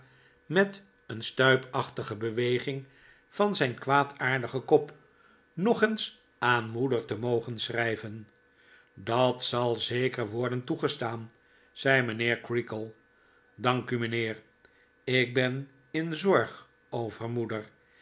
met een stuipachtige beweging van zijn kwaadaardigen kop nog eens aan moeder te mogen schrijven dat zal zeker worden toegestaan zei mijnheer creakle dank u mijnheer ik ben in zorg over moeder